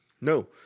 No